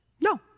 No